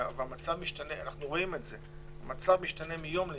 והמצב משתנה אנחנו רואים את זה המצב משתנה מיום ליום,